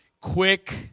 quick